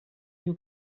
you